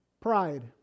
pride